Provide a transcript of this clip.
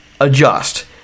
adjust